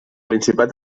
principat